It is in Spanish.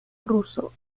ruso